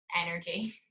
energy